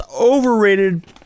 overrated